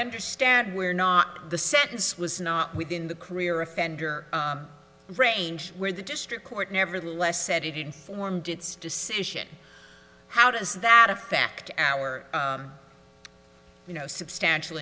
understand we're not the sentence was not within the career offender range where the district court nevertheless said it informed its decision how does that affect our you know substantial